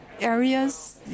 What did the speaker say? areas